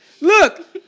Look